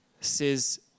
says